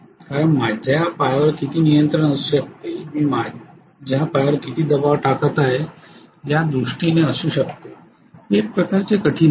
कारण माझ्या पायावर किती नियंत्रण असू शकते मी पायावर किती दबाव टाकत आहे या दृष्टीने असू शकते हे एक प्रकारे कठीण आहे